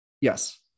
Yes